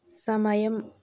సమయం